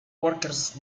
workers